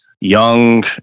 young